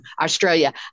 Australia